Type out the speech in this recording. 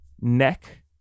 neck